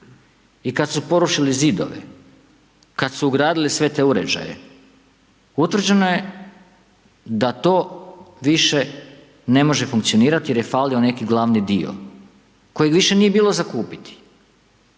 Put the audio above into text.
I kad su porušili zidove, kad su ugradili sve te uređaju, utvrđeno je da to više ne može funkcionirati jer je falio neki glavni dio kojeg više nije bilo za kupiti.